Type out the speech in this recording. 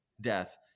death